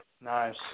Nice